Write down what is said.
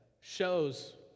shows